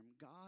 God